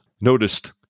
Noticed